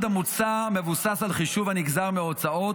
המוצע מבוסס על חישוב הנגזר מהוצאות,